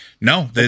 No